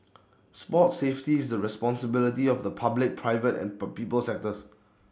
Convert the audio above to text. sports safety is the responsibility of the public private and per people sectors